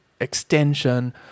extension